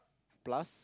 plus